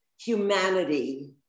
humanity